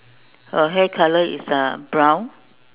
her hair colour is uh brown